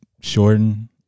shorten